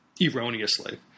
erroneously